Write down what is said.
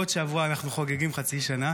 בעוד שבוע אנחנו חוגגים חצי שנה,